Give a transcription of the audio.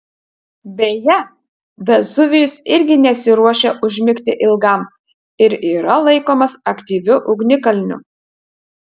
beje vezuvijus irgi nesiruošia užmigti ilgam ir yra laikomas aktyviu ugnikalniu